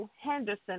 Henderson